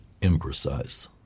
imprecise